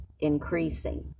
increasing